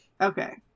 Okay